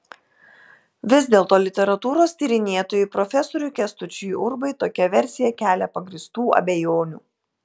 vis dėlto literatūros tyrinėtojui profesoriui kęstučiui urbai tokia versija kelia pagrįstų abejonių